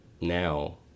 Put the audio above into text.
now